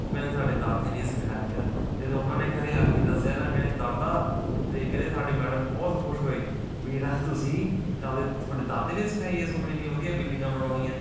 ਉਹ ਕਹਿੰਦੇ ਸਾਡੇ ਦਾਦੇ ਨੇ ਸਿਖਾਇਆ ਹੈਗਾ ਜਦੋਂ ਉਹਨਾਂ ਨੇ ਘਰ ਆ ਕੇ ਦੱਸਿਆ ਨਾ ਕਹਿੰਦੇ ਦਾਦਾ ਅਤੇ ਕਹਿੰਦੇ ਸਾਡੀ ਮੈਡਮ ਬਹੁਤ ਖੁਸ਼ ਹੋਏ ਵੀ ਜਿਹੜਾ ਤੁਸੀਂ ਆਪਦੇ ਤੁਹਾਡੇ ਦਾਦੇ ਨੇ ਸਿਖਾਈ ਏ ਤੁਹਾਨੂੰ ਇੰਨੀ ਵਧੀਆ ਬਿੱਲੀਆਂ ਬਣਾਉਣੀਆਂ